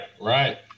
right